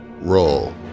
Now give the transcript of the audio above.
roll